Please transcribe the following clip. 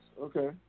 Okay